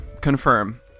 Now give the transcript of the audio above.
confirm